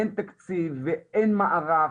אין תקציב ואין מערך.